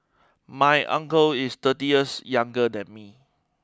my uncle is thirty years younger than me